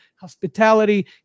hospitality